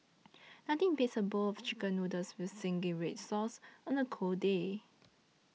nothing beats a bowl of Chicken Noodles with Zingy Red Sauce on a cold day